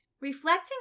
Reflecting